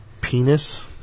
penis